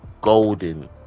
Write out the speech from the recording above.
golden